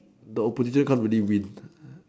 the openture come really wind